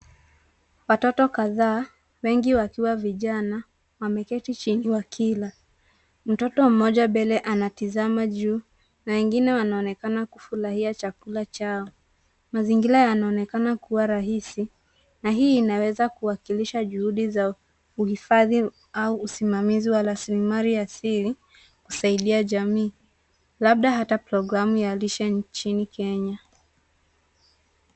Watoto kadhaa, wengi wakiwa vijana, wameketi chini wakila. Mtoto mmoja mbele anatazama juu na wengine wanaonekana kufurahia chakula chao. Mazingira yanaonekana kuwa rahisi na hii inaweza kuwakilisha juhudi za uhifadhi au usimamizi wa rasilimali ya siri kusaidia jamii, labda hata programu ya lishe nchini Kenya.